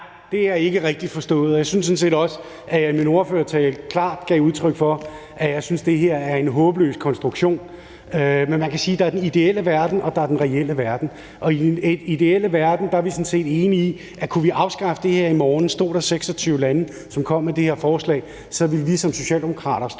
at det ikke rigtigt forstået, og jeg synes sådan set også, at jeg i min ordførertale klart gav udtryk for, at jeg synes, at det her er en håbløs konstruktion. Men man kan sige, at der er den ideelle verden, og så er der den reelle verden, og hvis der i den ideelle verden var 26 lande, som foreslog, at det her skulle afskaffes i morgen, så ville vi som socialdemokrater stå